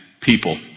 people